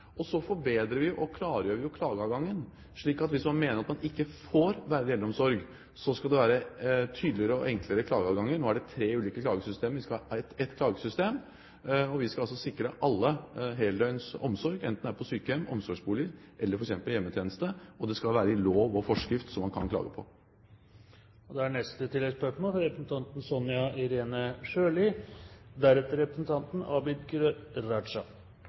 Så forbedrer vi og klargjør klageadgangen. Hvis man mener at man ikke får en verdig eldreomsorg, skal det være tydeligere og enklere klageadgang. Nå er det tre ulike klagesystemer. Vi skal ha ett klagesystem. Vi skal altså sikre alle heldøgns omsorg, enten det er på sykehjem, i omsorgsboliger eller f.eks. i hjemmetjenesten. Og det skal være i lov og forskrift som man kan klage på.